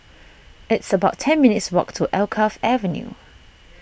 it's about ten minutes' walk to Alkaff Avenue